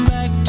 Back